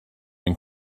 ein